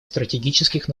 стратегических